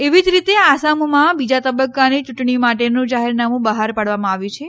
એવી જ રીતે આસામમાં બીજા તબક્કાની ચૂંટણી માટેનું જાહેરનામું બહાર પાડવામાં આવ્યું છે